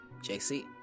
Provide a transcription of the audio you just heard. JC